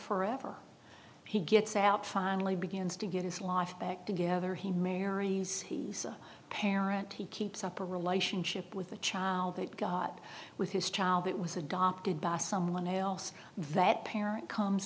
forever he gets out finally begins to get his life back together he marries a parent he keeps up a relationship with the child that god with his child that was adopted by someone else that parent